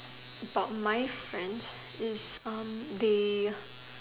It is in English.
about my friend is erm they